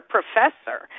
Professor